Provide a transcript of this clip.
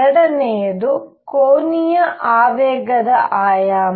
ಎರಡನೆಯದು ಕೋನೀಯ ಆವೇಗದ ಆಯಾಮ